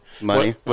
Money